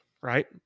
Right